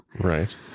Right